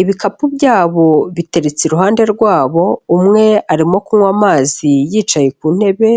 ibikapu byabo biteretse iruhande rwabo, umwe arimo kunywa amazi yicaye ku ntebe,